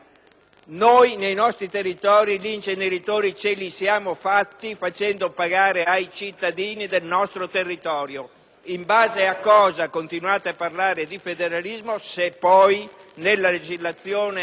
Noi, nei nostri territori, gli inceneritori li abbiamo realizzati facendoli pagare ai cittadini del nostro territorio. In base a cosa continuate a parlare di federalismo, se poi nella legislazione